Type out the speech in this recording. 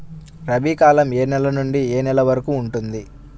రబీ కాలం ఏ నెల నుండి ఏ నెల వరకు ఉంటుంది?